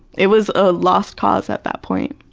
it was a lost cause at that point.